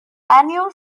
annual